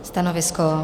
Stanovisko?